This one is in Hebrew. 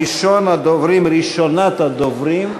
ראשונת הדוברים,